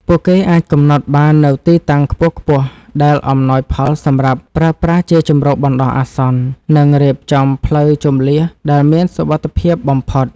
ពួកគេអាចកំណត់បាននូវទីតាំងខ្ពស់ៗដែលអំណោយផលសម្រាប់ប្រើប្រាស់ជាជម្រកបណ្ដោះអាសន្ន និងរៀបចំផ្លូវជម្លៀសដែលមានសុវត្ថិភាពបំផុត។